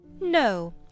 No